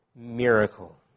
miracle